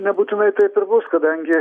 nebūtinai taip ir bus kadangi